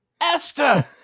Esther